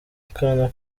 akana